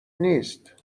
نیست